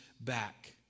back